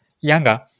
younger